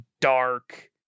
Dark